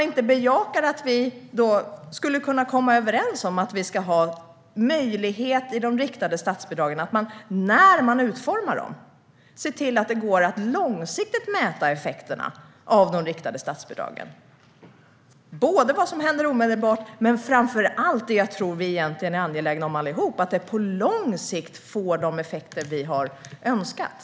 Varför bejakar man inte att vi ska komma överens om att man när man utformar riktade statsbidrag ser till att det går att långsiktigt mäta effekterna av dem? Det handlar både om vad som händer omedelbart och framför allt - vilket jag tror att vi alla är angelägna om - om att de på lång sikt får de effekter vi har önskat.